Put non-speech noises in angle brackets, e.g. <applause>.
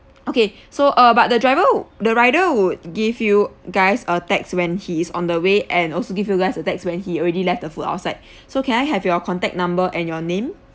okay so uh but the driver the rider would give you guys a text when he is on the way and also give you guys a text when he already left the food outside <breath> so can I have your contact number and your name